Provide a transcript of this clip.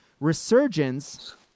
Resurgence